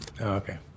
Okay